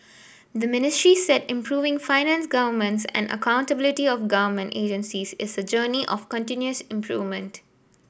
the Ministry said improving finance governance and accountability of government agencies is a journey of continuous improvement